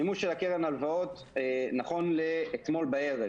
המימוש של קרן הלוואות, נכון לאתמול בערב